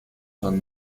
son